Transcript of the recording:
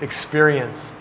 experience